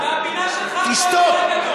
תשתוק.